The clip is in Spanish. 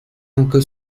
aunque